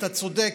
אתה צודק,